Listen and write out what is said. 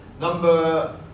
Number